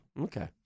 Okay